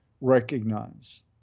recognize